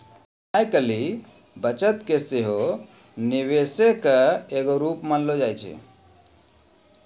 आइ काल्हि बचत के सेहो निवेशे के एगो रुप मानलो जाय छै